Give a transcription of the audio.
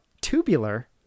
Tubular